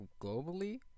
globally